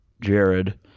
Jared